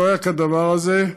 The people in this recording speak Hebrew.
לא היה כדבר הזה.